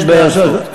כן,